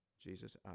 Jesus